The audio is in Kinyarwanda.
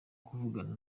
kuvugana